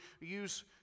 use